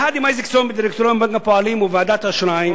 יחד עם איזקסון ודירקטוריון בנק הפועלים וועדת האשראי,